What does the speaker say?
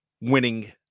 winning